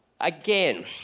again